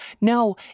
no